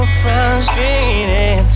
frustrated